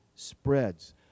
spreads